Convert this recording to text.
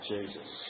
Jesus